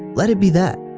let it be that.